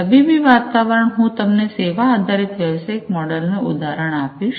તબીબી વાતાવરણ હું તમને સેવા આધારિત વ્યવસાયિક મોડેલ નું ઉદાહરણ આપીશ